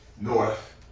North